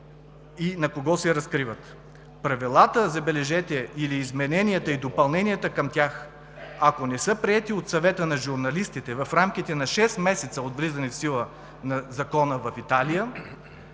и на кого се разкриват. Правилата, забележете, или измененията и допълненията към тях, ако не са приети от Съвета на журналистите в рамките на шест месеца от влизане в сила на закона в Италия,